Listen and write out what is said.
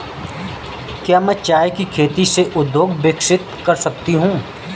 क्या मैं चाय की खेती से उद्योग विकसित कर सकती हूं?